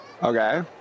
Okay